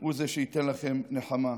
הוא זה שייתן לכם נחמה,